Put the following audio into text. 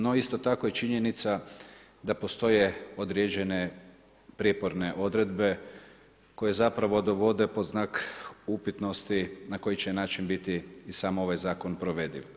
No isto tako je činjenica, da postoje, određene prijeporne odredbe, koje zapravo dovode pod znak upitnosti, na koji će način biti i sam ovaj zakon provediv.